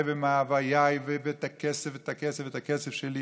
ואת מאוויי ואת הכסף ואת הכסף ואת הכסף שלי,